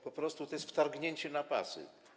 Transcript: Po prostu to jest wtargnięcie na pasy.